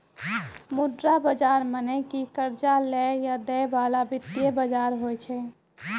मुद्रा बजार मने कि कर्जा लै या दै बाला वित्तीय बजार होय छै